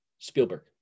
Spielberg